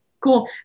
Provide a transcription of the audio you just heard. Cool